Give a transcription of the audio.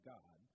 God